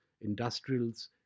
industrials